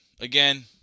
again